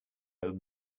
home